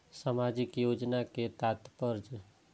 सामाजिक योजना के कि तात्पर्य?